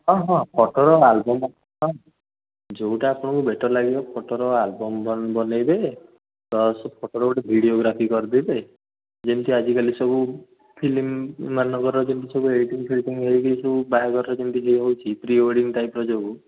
ହଁ ହଁ ଫଟୋର ଆଲବମ୍ ଯେଉଁଟା ଆପଣଙ୍କୁ ବେଟର୍ ଲାଗିବ ଫଟୋର ଆଲବମ୍ ବନ ବନାଇବେ ପ୍ଲସ୍ ଫଟୋର ଗୋଟେ ଭିଡ଼ିଓଗ୍ରାଫି କରିଦେବେ ଯେମିତି ଆଜିକାଲି ସବୁ ଫିଲ୍ମମାନଙ୍କର ଯେମିତି ସବୁ ଏଡିଟିଂ ଫେଡ଼ିଣ୍ଟିଙ୍ଗ ହେଇକି ସବୁ ବାହାଘରରେ ଯେମିତି ଇଏ ହେଉଛି ପ୍ରି ୱେଡ଼ିଙ୍ଗ୍ ଟାଇପର ଯେଉଁ